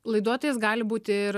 laiduotojais gali būti ir